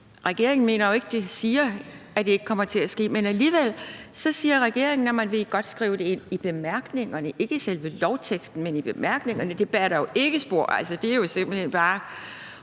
Regeringen mener jo ikke, at de siger, at det ikke kommer til at ske. Alligevel siger regeringen, at man godt vil skrive det ind i bemærkningerne, altså ikke i selve lovteksten, men i bemærkningerne. Det batter jo ikke spor. Altså, det er jo simpelt hen bare